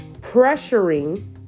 pressuring